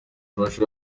umufasha